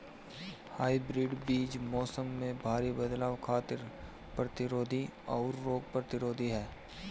hybrid बीज मौसम में भारी बदलाव खातिर प्रतिरोधी आउर रोग प्रतिरोधी ह